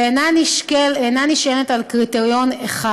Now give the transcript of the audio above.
ואינה נשענת על קריטריון אחד.